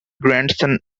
grandson